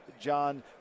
John